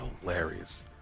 hilarious